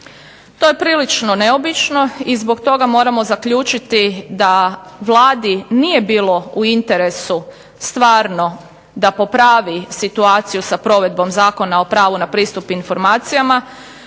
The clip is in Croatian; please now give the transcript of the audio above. To je prilično neobično i zbog toga moramo zaključiti da Vladi nije bilo u interesu stvarno da popravi situaciju sa provedbom Zakona o pravu na pristup informacijama,